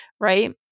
right